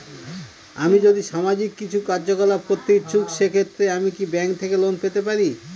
আমি যদি সামাজিক কিছু কার্যকলাপ করতে ইচ্ছুক সেক্ষেত্রে আমি কি ব্যাংক থেকে লোন পেতে পারি?